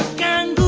gang.